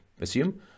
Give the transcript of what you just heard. assume